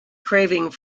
craving